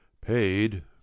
paid